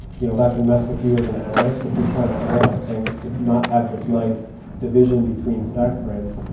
you know that can mess with you as an analyst if you're trying to analyze things to do not have this nice division between stack frames